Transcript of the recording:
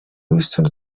wilson